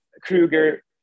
Kruger